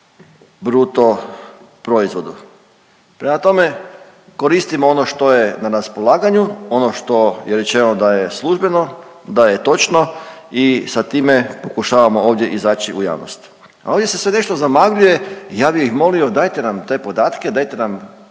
bruto proizvodu. Prema tome, koristimo ono što je na raspolaganju, ono što je rečeno da je službeno, da je točno i sa time pokušavamo ovdje izaći u javnost. A ovdje se sve nešto zamagljuje, ja bi ih molio dajte nam te podatke, dajete nam,